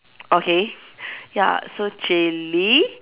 okay ya so chili